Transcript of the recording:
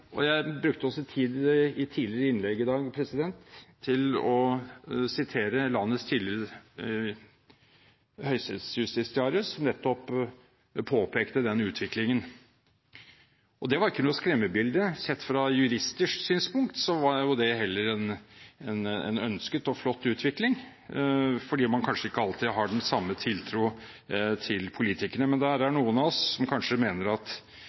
rettsliggjøring. Jeg brukte også tid i et tidligere innlegg i dag på å sitere landets tidligere høyesterettsjustitiarius som nettopp påpekte den utviklingen. Det var ikke noe skremmebilde. Sett fra juristers synspunkt var det heller en ønsket og flott utvikling fordi man kanskje ikke alltid har den samme tiltro til politikerne. Men det er noen av oss som kanskje mener at